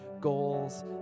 goals